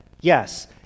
Yes